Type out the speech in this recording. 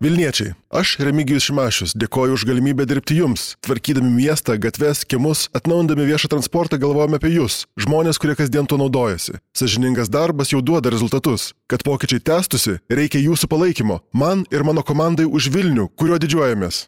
vilniečiai aš remigijus šimašius dėkoju už galimybę dirbti jums tvarkydami miestą gatves kiemus atnaujindami viešą transportą galvojom apie jus žmones kurie kasdien tuo naudojasi sąžiningas darbas jau duoda rezultatus kad pokyčiai tęstųsi reikia jūsų palaikymo man ir mano komandai už vilnių kuriuo didžiuojamės